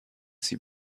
see